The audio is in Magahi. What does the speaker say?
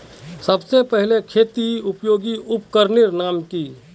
सबसे पहले खेतीत उपयोगी उपकरनेर नाम की?